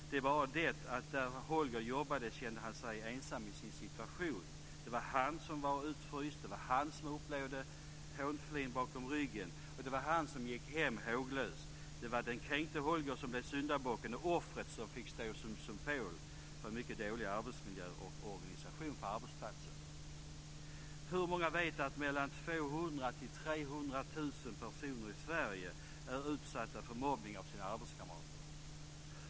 Det är bara det att där Holger jobbade kände han sig ensam i sin situation. Det var han som var utfryst. Det var han som upplevde hånflin bakom ryggen. Det var han som gick hem håglös. Det var den kränkte Holger som blev syndabocken och offret som fick stå som symbol för en mycket dålig arbetsmiljö och organisation på arbetsplatsen. Hur många vet att 200 000-300 000 personer i Sverige, är utsatta för mobbning av sina arbetskamrater?